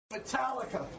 Metallica